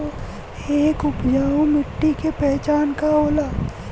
एक उपजाऊ मिट्टी के पहचान का होला?